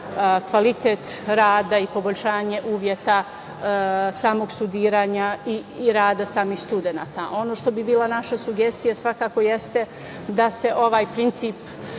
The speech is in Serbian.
kvalitet rada i poboljšanje uveta samog studiranja i rada samih studenata. Ono što bi bila naša sugestija svakako jeste da se ovaj princip